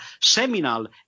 seminal